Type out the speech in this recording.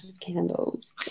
candles